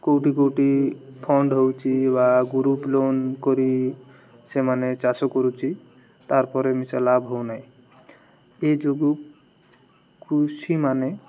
କେଉଁଠି କେଉଁଠି ଫଣ୍ଡ ହେଉଛି ବା ଗୃପ ଲୋନ୍ କରି ସେମାନେ ଚାଷ କରୁଛି ତାର୍ ପରେ ମିଶା ଲାଭ ହଉନାହିଁ ଏ ଯୋଗୁଁ କୃଷିମାନେ